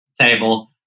table